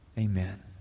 Amen